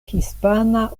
hispana